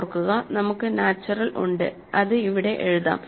ഓർക്കുക നമുക്ക് നാച്ചുറൽ ഉണ്ട് അത് ഇവിടെ എഴുതാം